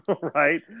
right